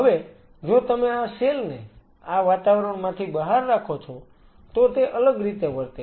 હવે જો તમે આ સેલ ને આ વાતાવરણમાંથી બહાર રાખો છો તો તે અલગ રીતે વર્તે છે